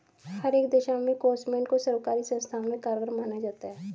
हर एक दशा में ग्रास्मेंट को सर्वकारी संस्थाओं में कारगर माना जाता है